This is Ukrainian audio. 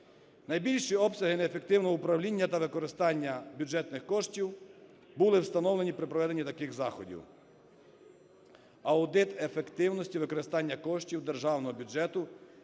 Найбільші обсяги неефективного управління та використання бюджетних коштів були встановлені при проведенні таких заходів. Аудит ефективності використання коштів державного бюджету,